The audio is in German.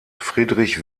friedrich